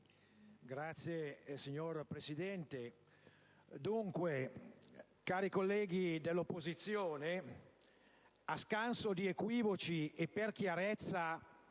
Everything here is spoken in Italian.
*(LNP)*. Signor Presidente, cari colleghi dell'opposizione, a scanso di equivoci e per chiarezza,